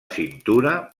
cintura